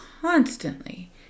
constantly